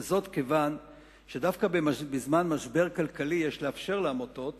וזאת כיוון שדווקא בזמן משבר כלכלי יש לאפשר לעמותות